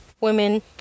women